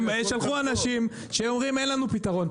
הם שלחו אנשים שאומרים: אין לנו פתרון.